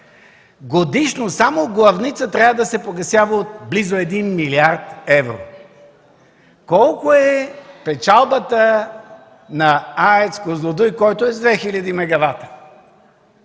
годишно само главница трябва да се погасява от близо 1 милиард евро. Колко е печалбата на АЕЦ „Козлодуй”, който е с 2000 мегавата?